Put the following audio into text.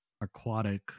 aquatic